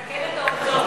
אני מתקנת את העובדות.